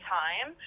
time